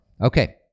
Okay